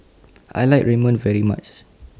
I like Ramen very much